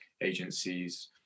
agencies